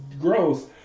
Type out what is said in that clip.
gross